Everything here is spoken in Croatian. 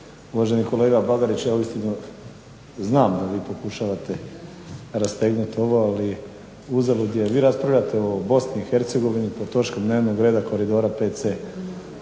uvaženi kolega BAgarić, ja znam da vi pokušavate rastegnuti ovo, ali uzalud jer vi raspravljate o Bosni i Hercegovini, pod točkom dnevnog reda Koridora 5c.